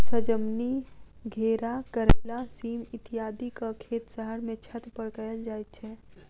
सजमनि, घेरा, करैला, सीम इत्यादिक खेत शहर मे छत पर कयल जाइत छै